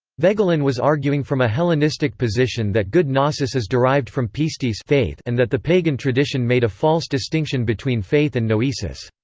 voegelin was arguing from a hellenistic position that good gnosis is derived from pistis and that the pagan tradition made a false distinction between faith and noesis.